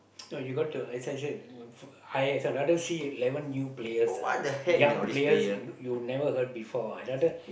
no you got to as I said hire I rather see eleven new players young players you you never even heard before I rather